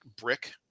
brick